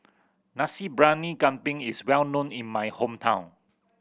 Nasi Briyani Kambing is well known in my hometown